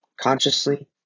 consciously